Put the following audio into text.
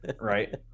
right